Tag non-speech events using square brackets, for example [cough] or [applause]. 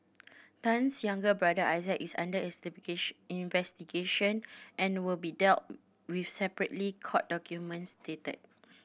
Tan's younger brother Isaac is under [unintelligible] investigation and will be dealt with separately court documents state